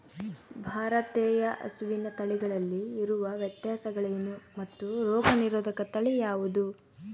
ಭಾರತೇಯ ಹಸುವಿನ ತಳಿಗಳಲ್ಲಿ ಇರುವ ವ್ಯತ್ಯಾಸಗಳೇನು ಮತ್ತು ರೋಗನಿರೋಧಕ ತಳಿ ಯಾವುದು?